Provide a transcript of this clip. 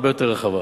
הרבה יותר רחבה.